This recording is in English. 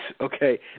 okay